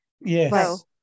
Yes